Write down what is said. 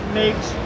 makes